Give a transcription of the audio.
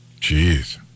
Jeez